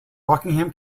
rockingham